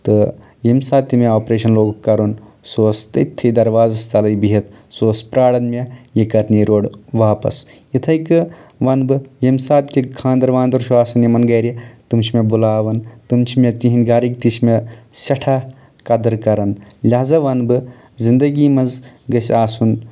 تہٕ ییٚمہِ ساتہٕ تہِ مےٚ آپریشن لوگُکھ کرُن سُہ اوس تٔتھی دروازس تَلے بِہتھ سُہ اوس پراران مےٚ یہِ کر نیرِ اورٕ واپس یِتھٕے کٔنۍ وَنہٕ بہٕ ییٚمہِ ساتہٕ تہِ خانٛدر وانٛدر چھُ آسان یِمن گرِ تٔم چھِ مےٚ بُلاوان تٔمۍ چھِ مےٚ تِہنٛدۍ گرِکۍ تہِ چھِ مےٚ سٮ۪ٹھاہ قدٕر کران لہذا وَنہٕ بہٕ زندگی منٛز گژھِ آسُن